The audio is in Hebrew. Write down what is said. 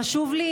חשוב לי